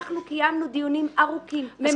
אנחנו קיימנו דיונים ארוכים וממושכים.